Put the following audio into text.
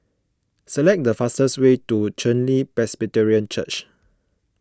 select the fastest way to Chen Li Presbyterian Church